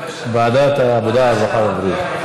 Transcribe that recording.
ועדת העבודה, הרווחה והבריאות.